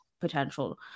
potential